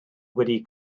wedi